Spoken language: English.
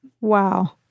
Wow